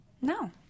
No